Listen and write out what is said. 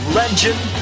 legend